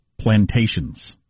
plantations